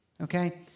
okay